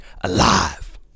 alive